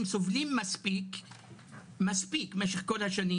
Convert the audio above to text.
הם סובלים מספיק במשך כל השנים,